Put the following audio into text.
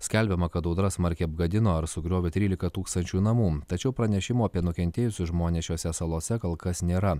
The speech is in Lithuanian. skelbiama kad audra smarkiai apgadino ar sugriovė trylika tūkstančių namų tačiau pranešimų apie nukentėjusius žmones šiose salose kol kas nėra